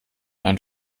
ein